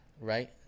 Right